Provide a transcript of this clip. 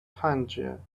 tangier